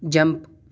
jump